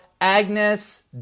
Agnes